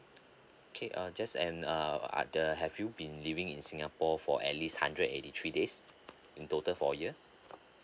okay uh just and uh are uh the have you been living in singapore for at least hundred eighty three days in total for a year